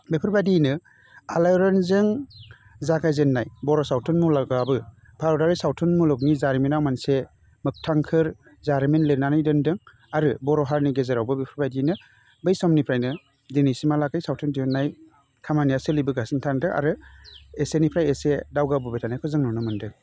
बेफोरबादियैनो आलायारनजों जागायजेन्नाय बर' सावथुन मुलुगाबो भारतारि सावथुन मुलुगनि जारिमिनाव मोनसे मोगथांखोर जारिमिन लिरनानै दोनदों आरो बर' हारिनि गेजेरावबो बेफोरबादियैनो बै समनिफ्राय नो दिनैसिमहालागै सावथुन दिहुन्नाय खामानिया सोलिबोगासिनो थादों आरो एसेनिफ्राय एसे दावगाबोबाय थानायखौ जों नुनो मोनदों